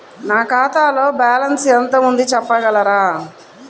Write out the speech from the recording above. నా ఖాతాలో బ్యాలన్స్ ఎంత ఉంది చెప్పగలరా?